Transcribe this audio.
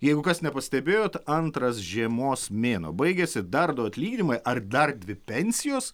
jeigu kas nepastebėjote antras žiemos mėnuo baigiasi dar du atlyginimai ar dar dvi pensijos